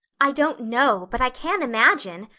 i don't know, but i can imagine,